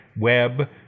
web